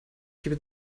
gebe